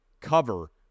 cover